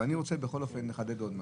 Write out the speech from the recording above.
אני רוצה לחדד עוד משהו.